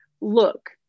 look